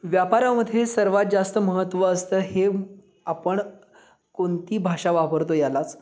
व्यापारामध्ये सर्वात जास्त महत्त्व असतं हे आपण कोणती भाषा वापरतो यालाच